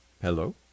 Hello